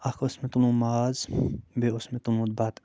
اَکھ اوس مےٚ تُلمُت ماز بیٚیہِ اوس مےٚ تُلمُت بَتہٕ